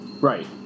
Right